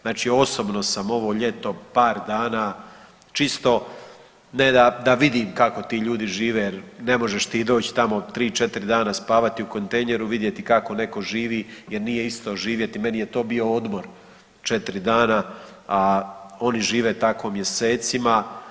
Znači osobno sam ovo ljeto par dana čisto ne da vidim kako ti ljudi žive jer ne možeš ti doć tamo tri, četiri dana spavati u kontejneru i vidjeti kako neko živi jer nije isto živjeti, meni je to bio odmor četiri dana, a oni žive tako mjesecima.